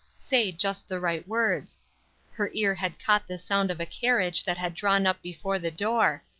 say just the right words her ear had caught the sound of a carriage that had drawn up before the door,